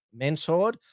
mentored